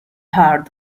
hard